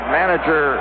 manager